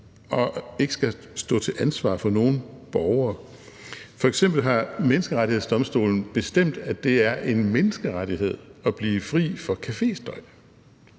og ikke skal stå til ansvar for nogen borgere. F.eks. har Menneskerettighedsdomstolen bestemt, at det er en menneskerettighed at blive fri for caféstøj.